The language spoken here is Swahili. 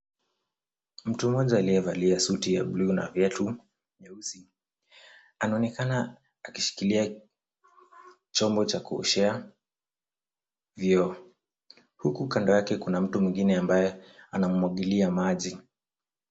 Mtu mmoja aliyevalia suti ya buluu na viatu nyeusi, anaonekana akishikilia chombo cha kuoshea vyoo, huku kando yake kuna mtu mwingine ambaye anammwagilia maji.